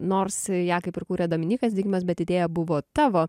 nors ją kaip ir kūrė dominykas zigmas bet idėja buvo tavo